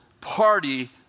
party